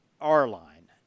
R-Line